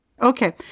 Okay